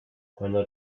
cuando